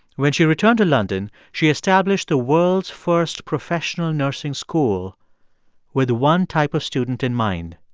when she returned to london, she established the world's first professional nursing school with one type of student in mind